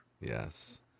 Yes